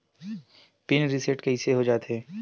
Pin reset कइसे हो जाथे?